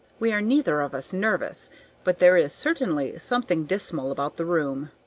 we are neither of us nervous but there is certainly something dismal about the room.